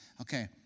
Okay